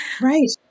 Right